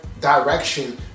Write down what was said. direction